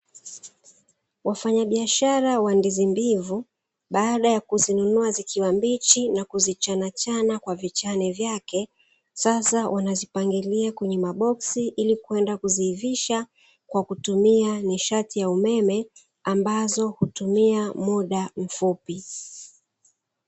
Wafanyabiashara wa ndizi mbivu baada ya kuzinunua zikiwa mbichi na kuzichanachana kwa vichane vyake, sasa wanazipangilia kwenye maboksi ili kwenda kuziivisha kwa kutumia nishati ya umeme ambazo hutumia muda mfupi.